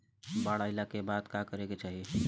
बाढ़ आइला के बाद का करे के चाही?